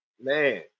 man